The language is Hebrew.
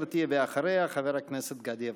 בבקשה, גברתי, ואחריה, חבר הכנסת גדי יברקן.